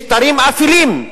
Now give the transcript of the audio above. משטרים אפלים.